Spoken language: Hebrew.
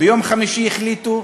ביום חמישי החליטו,